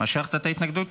משכת את ההתנגדות?